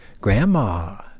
Grandma